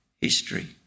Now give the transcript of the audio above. history